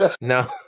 No